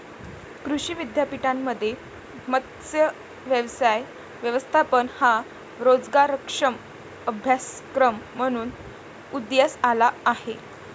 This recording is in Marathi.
कृषी विद्यापीठांमध्ये मत्स्य व्यवसाय व्यवस्थापन हा रोजगारक्षम अभ्यासक्रम म्हणून उदयास आला आहे